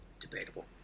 Debatable